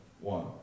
one